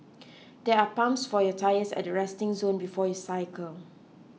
there are pumps for your tyres at the resting zone before you cycle